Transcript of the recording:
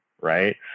right